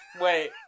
Wait